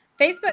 Facebook